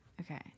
Okay